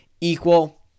equal